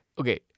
Okay